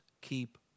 keep